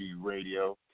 Radio